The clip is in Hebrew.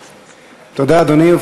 תודה, אדוני.